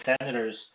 Senators